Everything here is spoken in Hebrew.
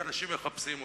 כי אנשים מחפשים אותה.